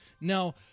Now